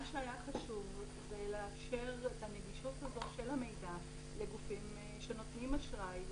מה שהיה חשוב זה לאפשר את הנגישות הזאת של המידע לגופים שנותנים אשראי,